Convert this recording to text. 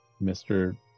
Mr